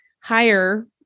higher